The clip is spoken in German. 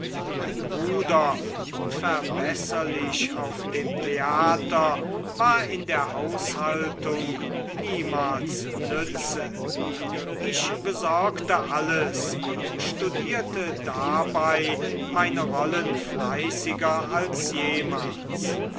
mein bruder unverbesserlich auf dem theater war in der haushaltung niemals nütze ich besorgte alles und studierte dabei neue rollen fleißiger als jemals